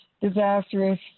disastrous